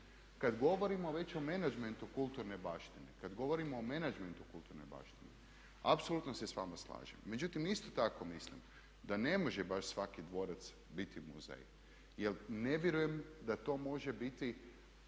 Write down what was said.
kad govorimo o menadžmentu kulturne baštine apsolutno se sa vama slažem. Međutim, isto tako mislim da ne može baš svaki dvorac biti muzej, jer ne vjerujem da to može biti